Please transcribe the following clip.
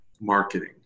marketing